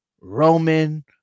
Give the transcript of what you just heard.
Roman